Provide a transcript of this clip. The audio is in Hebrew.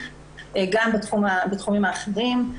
גם בתחומים אחרים.